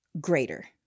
greater